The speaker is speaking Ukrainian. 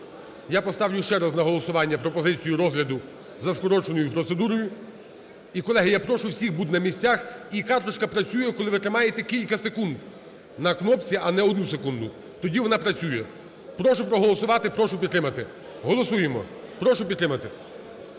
я поставлю ще раз на голосування пропозицію розгляду за скороченою процедурою. І, колеги, я прошу всіх бути на місцях. І карточка працює, коли ви тримаєте кілька секунд на кнопці, а не одну секунду. Тоді вона працює. Прошу проголосувати, прошу підтримати. Голосуємо! Прошу підтримати.